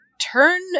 turn